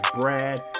Brad